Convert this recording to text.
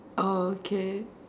orh okay